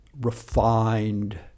refined